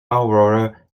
aurora